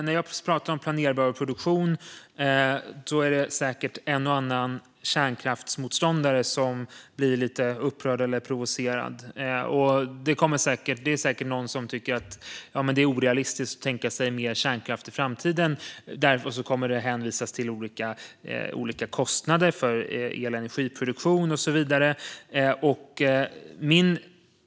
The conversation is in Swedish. När jag pratar om planerbar produktion är det säkert en och annan kärnkraftsmotståndare som blir lite upprörd eller provocerad. Det är säkert någon som tycker att det är orealistiskt att tänka sig mer kärnkraft i framtiden, och så kommer man att hänvisa till olika kostnader för el och energiproduktion och så vidare.